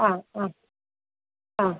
ആ ആ ആ